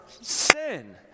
sin